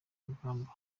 amagambo